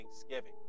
Thanksgiving